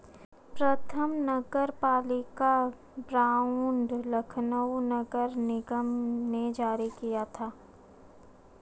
प्रथम नगरपालिका बॉन्ड लखनऊ नगर निगम ने जारी किया था